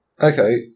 Okay